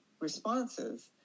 responses